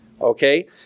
Okay